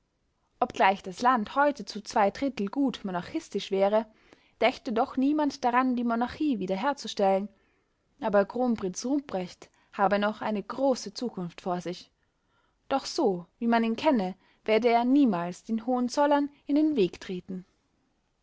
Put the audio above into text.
obgleich das land heute zu zwei drittel gut monarchistisch wäre dächte doch niemand daran die monarchie wiederherzustellen aber kronprinz rupprecht habe noch eine große zukunft vor sich doch so wie man ihn kenne werde er niemals den hohenzollern in den weg treten